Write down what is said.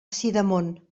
sidamon